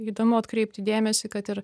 įdomu atkreipti dėmesį kad ir